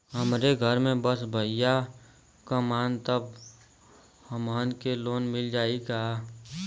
हमरे घर में बस भईया कमान तब हमहन के लोन मिल जाई का?